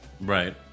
Right